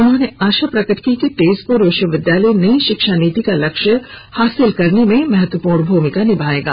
उन्होंने आशा प्रकट की कि तेजपुर विश्वविद्यालय नई शिक्षा नीति का लक्ष्य हासिल करने में महत्वपूर्ण भूमिका निभायेगा